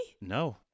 No